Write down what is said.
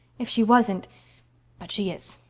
if she wasn't but she is.